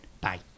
Bye